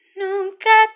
nunca